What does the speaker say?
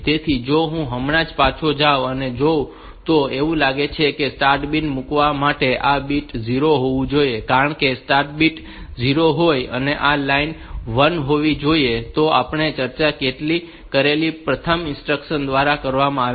તેથી જો હું હમણાં જ પાછો જાઉં અને જોઉં તો એવું લાગે છે કે સ્ટાર્ટ બીટ મૂકવા માટે આ બીટ 0 હોવું જોઈએ કારણ કે સ્ટાર્ટ બીટ 0 હોય અને આ લાઇન 1 હોવી જોઈએ તો આ આપણે ચર્ચા કરેલી કેટલીક પ્રથમ ઇન્સ્ટ્રક્શન્સ દ્વારા કરવામાં આવે છે